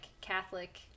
Catholic